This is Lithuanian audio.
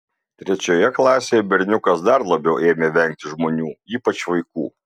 trečioje klasėje berniukas dar labiau ėmė vengti žmonių ypač vaikų